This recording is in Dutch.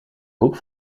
hoek